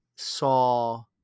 saw